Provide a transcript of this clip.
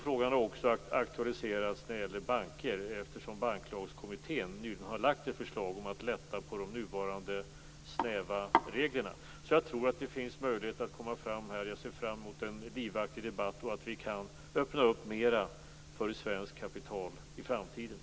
Frågan har också aktualiserats när det gäller banker eftersom Banklagskommittén nu har lagt fram ett förslag om att lätta på de nuvarande snäva reglerna. Jag tror alltså att det finns möjligheter att komma fram här och ser fram emot en livaktig debatt och att vi mer kan öppna för svenskt kapital i framtiden.